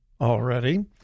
already